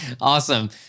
Awesome